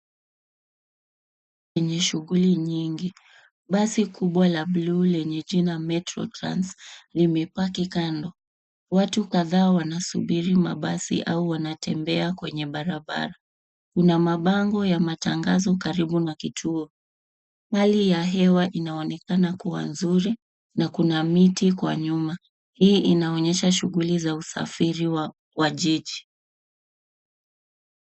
Barabara yenye shughuli nyingi. Basi kubwa la bluu lenye jina Metro Trans, limepaki kando. Watu kadhaa wanasubiri mabasi au wanatembea kwenye barabara. Kuna mabango ya matangazo karibu na kituo. Hali ya hewa inaonekana kuwa nzuri na kuna miti kwa nyuma. Hii inaonyesha shughuli za usafiri wa jiji.